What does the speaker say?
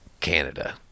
Canada